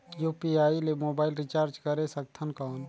UPI ले mobile recharge करे सकथन कौन?